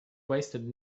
wasted